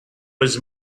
was